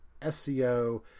SEO